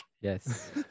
yes